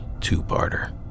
two-parter